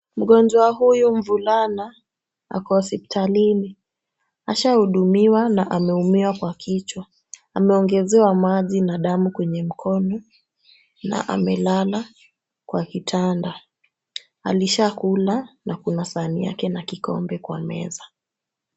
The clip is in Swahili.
Mgonjwa huyu mvulana ako hospitalini. Ashahudumiwa na ameumia kwa kichwa, ameongezewa maji na damu kwenye mkono na amelala kwa kitanda. Alishakula na kuna sahani yake na kikombe kwa meza.